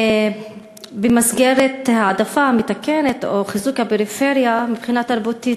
במסגרת ההעדפה המתקנת או חיזוק הפריפריה מבחינה תרבותית,